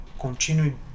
continue